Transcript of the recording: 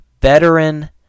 veteran